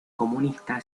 comunista